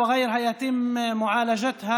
בבסיסו דילמה בריאותית ומגפה בריאותית.